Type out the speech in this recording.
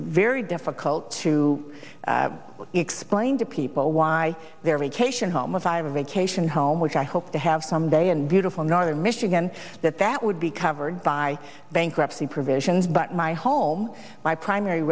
very difficult to explain to people why they're a cation home of iowa vacation home which i hope to have some day in beautiful northern michigan that that would be covered by bankruptcy provisions but my home my primary